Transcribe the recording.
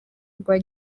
rwa